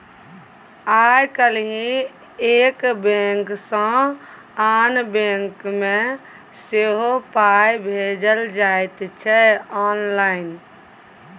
आय काल्हि एक बैंक सँ आन बैंक मे सेहो पाय भेजल जाइत छै आँनलाइन